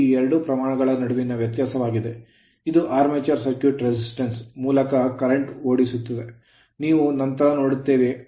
ಇದು ಈ ಎರಡು ಪ್ರಮಾಣಗಳ ನಡುವಿನ ವ್ಯತ್ಯಾಸವಾಗಿದೆ ಇದು armature circuit ಆರ್ಮೇಚರ್ ಸರ್ಕ್ಯೂಟ್ ನ resistance ಪ್ರತಿರೋಧದ ಮೂಲಕ current ಕರೆಂಟ್ ಓಡಿಸುತ್ತದೆ ನಾವು ನಂತರ ನೋಡುತ್ತೇವೆ